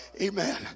Amen